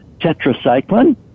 tetracycline